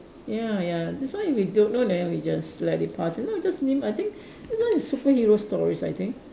ya ya this one if we don't know then we just let it pass if not we just name I think this one is superhero stories I think